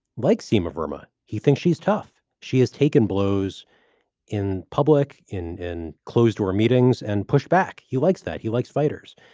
like sima burma, he thinks she's tough. she has taken blows in public in in closed door meetings and pushback. he likes that. he likes fighters.